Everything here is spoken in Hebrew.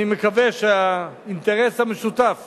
אני מקווה שהאינטרס המשותף